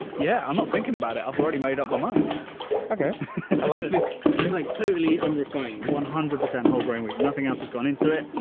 yeah, i'm not thinking about it. i've already made up my mind okay like this it's like totally on your flowing one hundred percent whole grain wheat nothing else has gone into it.